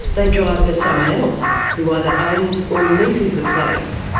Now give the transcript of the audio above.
they drive for someone else who either owns or leases the plates.